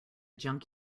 junk